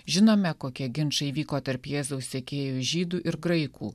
žinome kokie ginčai vyko tarp jėzaus sekėjų žydų ir graikų